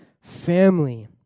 family